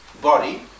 body